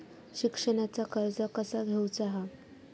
शिक्षणाचा कर्ज कसा घेऊचा हा?